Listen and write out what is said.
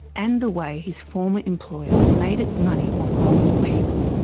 and the way his former employer made its money off vulnerable people.